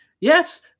Yes